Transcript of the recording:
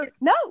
no